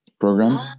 program